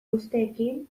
usteekin